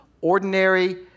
ordinary